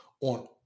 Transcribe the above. on